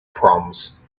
proms